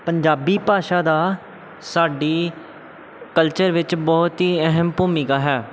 ਪੰਜਾਬੀ ਭਾਸ਼ਾ ਦਾ ਸਾਡੀ ਕਲਚਰ ਵਿੱਚ ਬਹੁਤ ਹੀ ਅਹਿਮ ਭੂਮਿਕਾ ਹੈ